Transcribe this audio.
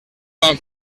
van